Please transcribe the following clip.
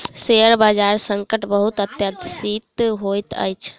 share बजार संकट बहुत अप्रत्याशित होइत अछि